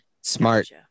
Smart